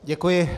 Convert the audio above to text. Děkuji.